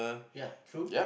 ya true